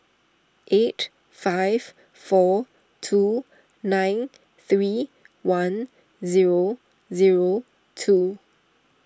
eight five four two nine three one zero zero two